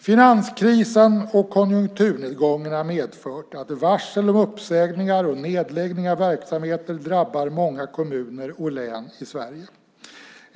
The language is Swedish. Finanskrisen och konjunkturnedgången har medfört att varsel om uppsägningar och nedläggning av verksamheter drabbar många kommuner och län i Sverige.